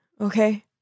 okay